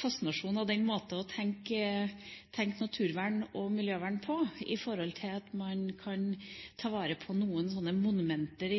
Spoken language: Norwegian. fascinasjon for den måten å tenke naturvern og miljøvern på at man kan ta vare på noen slike monumenter